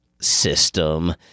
system